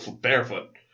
barefoot